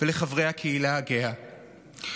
ולחברי הקהילה הגאה.